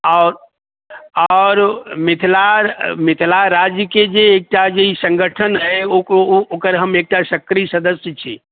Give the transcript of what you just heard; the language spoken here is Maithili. आओर आओर मिथिला मिथिला राज्यके जे एकटा जे ई संगठन अइ ओ ओ ओकर हम एकटा सक्रिय सदस्य छी